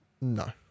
No